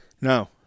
No